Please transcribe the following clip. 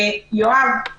יואב,